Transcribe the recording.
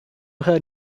her